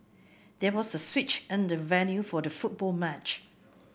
there was a switch in the venue for the football match